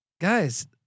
Guys